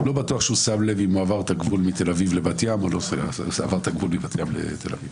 לא בטוח שהוא שם לב אם הוא עבר או לא עבר את הגבול מתל אביב לבת ים.